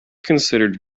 considered